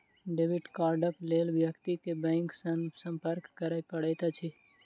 debit कार्डक लेल व्यक्ति के बैंक सॅ संपर्क करय पड़ैत अछि